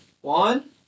one